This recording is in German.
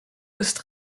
ist